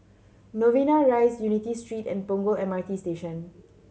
Novena Rise Unity Street and Punggol M R T Station